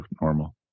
normal